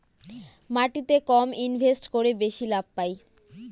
মাটিতে কম ইনভেস্ট করে বেশি লাভ পাই